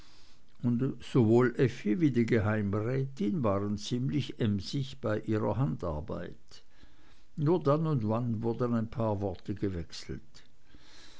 sowohl effi wie die geheimrätin waren ziemlich emsig bei ihrer handarbeit nur dann und wann wurden ein paar worte gewechselt